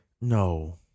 No